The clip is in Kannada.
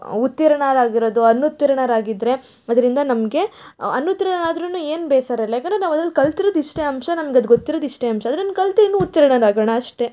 ಉತ್ತೀರ್ಣರಾಗಿರೋದು ಅನುತ್ತೀರ್ಣರಾಗಿದ್ದರೆ ಅದರಿಂದ ನಮಗೆ ಅನುತ್ತೀರ್ಣನಾದ್ರೂ ಏನು ಬೇಸರ ಇಲ್ಲ ಯಾಕಂದ್ರೆ ನಾವು ಅದ್ರಲ್ಲಿ ಕಲ್ತಿರೋದು ಇಷ್ಟೇ ಅಂಶ ನನ್ಗದು ಗೊತ್ತಿರೋದು ಇಷ್ಟೇ ಅಂಶ ಅದನ್ ಕಲಿತು ಇನ್ನು ಉತ್ತೀರ್ಣರಾಗೋಣ ಅಷ್ಟೇ